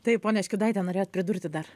taip ponia škiudaite norėjot pridurti dar